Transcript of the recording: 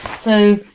so,